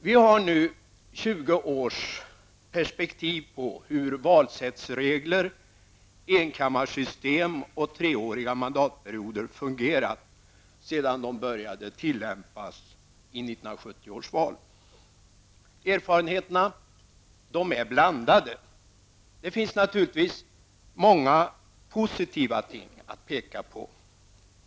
Vi har 20 års perspektiv på hur valsättsregler, enkammarsystem och treåriga mandatperioder fungerat sedan de började tillämpas i 1970 års val. Erfarenheterna är blandade. Det finns naturligtvis många positiva ting att påpeka.